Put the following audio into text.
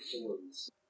forms